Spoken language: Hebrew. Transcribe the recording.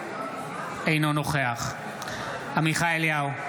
אינו נוכח עמיחי אליהו,